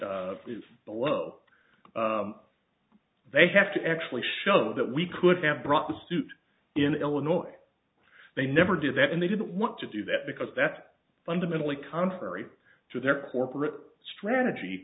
low they have to actually show that we could have brought the suit in illinois they never do that and they didn't want to do that because that's fundamentally contrary to their corporate strategy